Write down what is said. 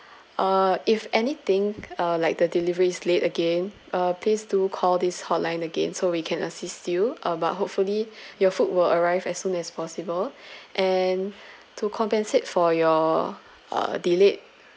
uh if anything uh like the delivery is late again uh please do call this hotline again so we can assist you about hopefully your food will arrive as soon as possible and to compensate for your uh delayed